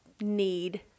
need